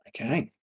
okay